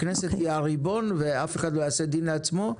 הכנסת היא הריבון ואף אחד לא יעשה דין לעצמו.